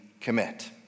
commit